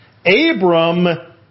Abram